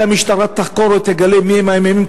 מתי המשטרה תחקור או תגלה מי המאיימים,